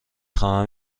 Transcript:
خواهم